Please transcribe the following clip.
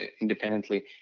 independently